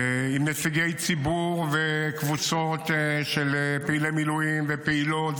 עם נציגי ציבור וקבוצות של פעילי מילואים ופעילות,